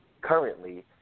currently